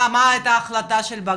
מה הייתה החלטתם?